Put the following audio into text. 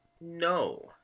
no